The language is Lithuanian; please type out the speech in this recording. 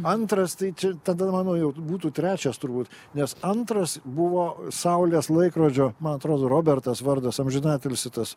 antras tai čia tada mano jau būtų trečias turbūt nes antras buvo saulės laikrodžio man atrodo robertas vardas amžinatilsį tas